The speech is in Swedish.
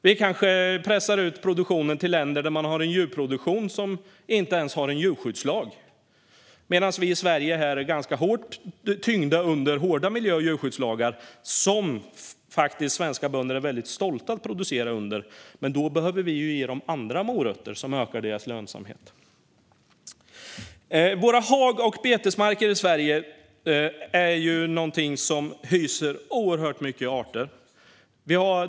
Vi kanske pressar ut produktionen till länder där man inte ens har någon djurskyddslag, medan vi i Sverige är ganska tyngda under hårda miljö och djurskyddslagar, som de svenska bönderna faktiskt är väldigt stolta att producera under. Men vi behöver ge dem andra morötter som ökar deras lönsamhet. Våra hag och betesmarker i Sverige hyser oerhört många arter.